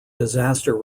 disaster